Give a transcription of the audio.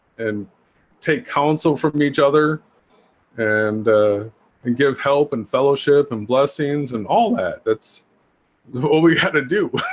and take counsel from each other and and give help and fellowship and blessings and all that. that's what we had to do